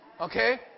okay